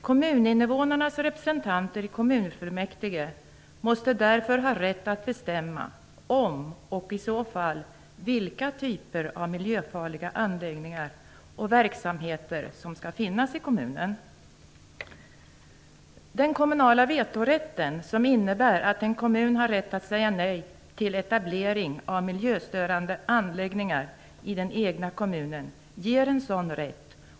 Kommuninnevånarnas representanter i kommunfullmäktige måste därför ha rätt att bestämma om och i så fall vilka typer av miljöfarliga anläggningar och verksamheter som skall finnas i kommunen. Den kommunala vetorätten, som innebär att en kommun har rätt att säga nej till etablering av miljöstörande anläggningar i den egna kommunen ger en sådan rätt.